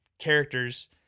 characters